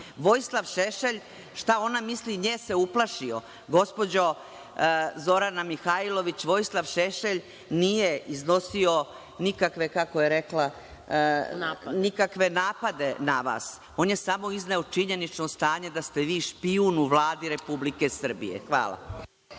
Vojislav Šešelj, šta ona misli, nje se uplašio? Gospođo Zorana Mihajlović, Vojislav Šešelj nije iznosio nikakve, kako je rekla, napade na vas. On je samo izneo činjenično stanje da ste vi špijun u Vladi Republike Srbije. Hvala.